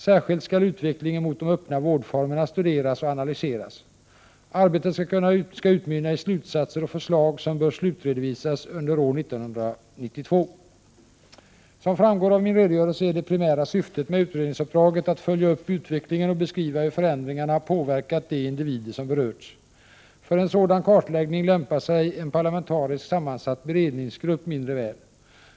Särskilt skall utvecklingen mot de öppna vårdformerna studeras och analyseras. Arbetet skall utmynna i slutsatser och förslag som bör slutredovisas under år 1992. Som framgår av min redogörelse är det primära syftet med utredningsuppdraget att följa upp utvecklingen och beskriva hur förändringarna påverkat de individer som berörts. För en sådan kartläggning lämpar sig en parlamentariskt sammansatt beredningsgrupp mindre väl.